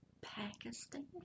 Pakistan